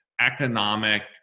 economic